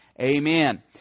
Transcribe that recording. Amen